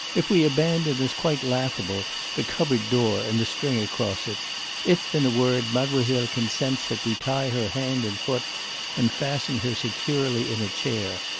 if we abandon as quite laughable the cupboard door and the string across it if, in a word, mademoiselle consents that we tie her hand and foot and fasten her securely in a chair.